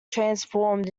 transformed